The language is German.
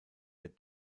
der